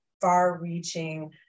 far-reaching